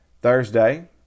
Thursday